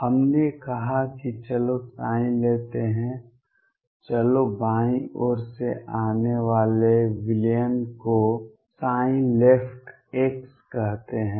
हमने कहा कि चलो लेते हैं चलो बायीं ओर से आने वाले विलयन को लेफ्ट x कहते हैं